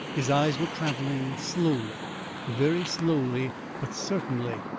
his eyes were travelling slowly very slowly but certainly,